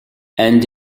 and